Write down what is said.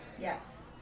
Yes